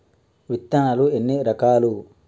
విత్తనాలు ఎన్ని రకాలు?